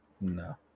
no